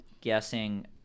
guessing